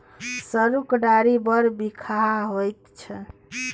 सरुक डारि बड़ बिखाह होइत छै